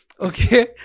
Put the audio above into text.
Okay